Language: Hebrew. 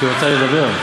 היא רוצה לדבר?